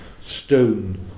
stone